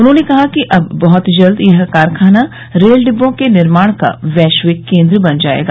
उन्होंने कहा कि अब बहत जल्द यह कारखाना रेल डिब्बों के निर्माण का वैश्विक केन्द्र बन जायेगा